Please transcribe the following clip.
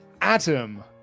Adam